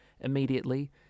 immediately